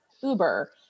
uber